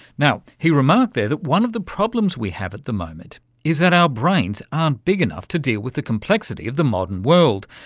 now, he remarked there that one of the problems we have at the moment is that our brains aren't big enough to deal with the complexity of the modern world.